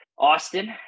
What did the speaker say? Austin